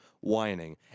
whining